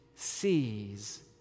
sees